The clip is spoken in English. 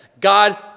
God